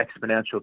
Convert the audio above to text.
exponential